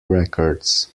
records